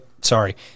sorry